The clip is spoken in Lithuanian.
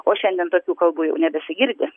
o šiandien tokių kalbų jau nebesigirdi